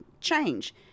change